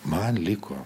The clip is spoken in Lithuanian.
man liko